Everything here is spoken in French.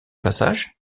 passage